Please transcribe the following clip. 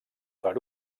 per